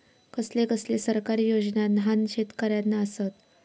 कसले कसले सरकारी योजना न्हान शेतकऱ्यांना आसत?